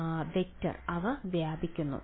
വിദ്യാർത്ഥി വെക്റ്റർ അവ വ്യാപിക്കുന്നു